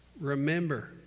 Remember